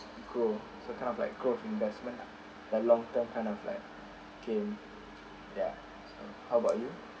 gold so it's kind of like gold of investment lah but long term kind of like gain ya so how about you